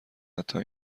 حتی